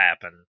happen